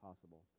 possible